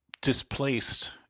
displaced